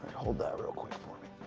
hold that real quick for me.